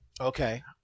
Okay